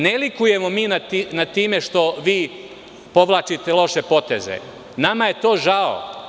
Ne likujemo mi nad time što vi povlačite loše poteze, nama je to žao.